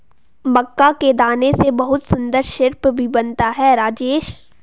मक्का के दाने से बहुत सुंदर सिरप भी बनता है राजेश